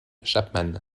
chapman